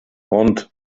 ond